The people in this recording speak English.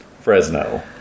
Fresno